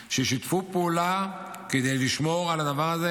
ששיתפו פעולה כדי לשמור על הדבר הזה,